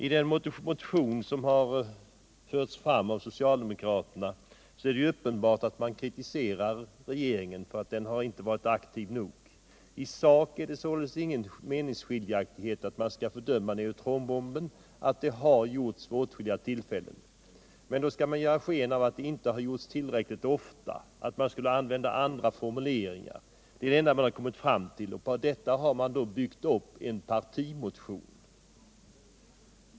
I den motion som förs fram av socialdernokraterna är det uppenbart att man kritiserar regeringen för att den inte varit aktiv nog. I sak råder det inga meningsskiljaktigheter om att man skall förföma neutronbomben och att det har skett vid åtskilliga tillfällen. Men då vill socialdemokraterna ge sken av att det inte har skett tillräckligt ofta och att man skulle ha använt andra formuleringar. Det är det enda man har xommit fram till. På detta har socialdemokraterna byggt upp en partimotion.